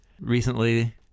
recently